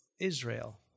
Israel